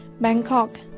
Bangkok